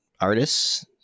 artists